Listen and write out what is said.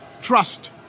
trust